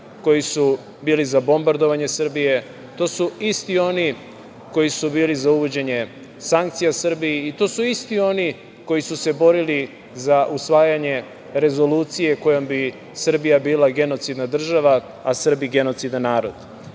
koji su bili za bombardovanje Srbije, to su isti oni koji su bili za uvođenje sankcija Srbiji i to su isti oni koji su se borili za usvajanje rezolucije kojom bi Srbija bila genocidna država, a Srbi genocidan narod. Nije